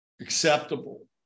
acceptable